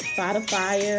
Spotify